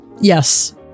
Yes